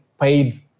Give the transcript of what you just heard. paid